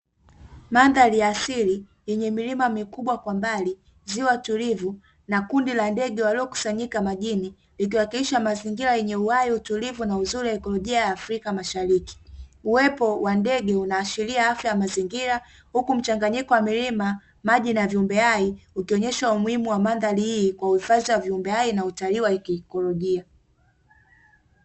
Mandhari ya asili yenye milima mikubwa kwa mbali, ziwa tulivu na kundi la ndege waliokusanyika majini ikiwakilisha mazingira yenye uhai, utulivu na uzuri wa ikolojia Afrika Mashariki, uwepo wa ndege unaashiria afya ya mazingira huku mchanganyiko wa milima, maji na viumbe hai, ukionyeshwa umuhimu wa mandhari hii kwa uhifadhi wa viumbe hai na utalii wa kiikolojia.